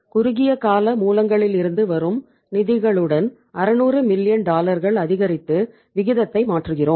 குறுகிய கால மூலங்களிலிருந்து வரும் நிதிகளுடன் 600 மில்லியன் அதிகரித்து விகிதத்தை மாற்றுகிறோம்